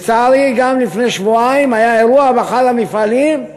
לצערי, גם לפני שבועיים היה אירוע באחד המפעלים,